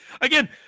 Again